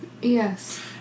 Yes